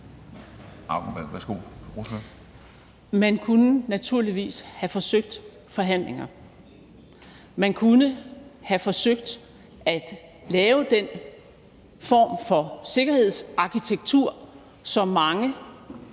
Man kunne naturligvis have forsøgt forhandlinger. Man kunne have forsøgt at lave den form for sikkerhedsarkitektur, som mange